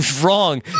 wrong